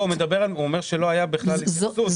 לא, הוא אומר שלא הייתה בכלל התייחסות.